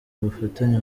ubufatanye